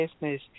business